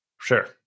Sure